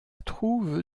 trouve